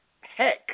heck